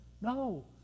No